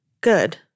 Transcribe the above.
Good